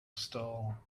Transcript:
stall